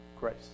grace